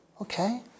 Okay